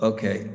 Okay